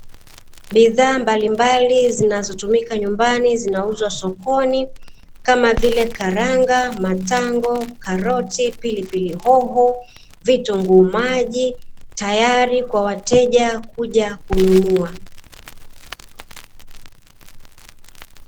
Bidhaa mbalimbali zinazotumika nyumbani zinauzwa sokoni kama vile; karanga, matango, karoti pilipili hoho, vitunguu maji tayari kwa wateja kuja kununua.